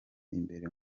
imbere